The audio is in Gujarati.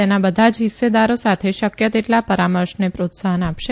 તેના બધા જ હિસ્સેદારો સાથે શકય તેટલા પરામર્શને પ્રોત્સાહન આપશે